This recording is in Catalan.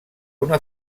una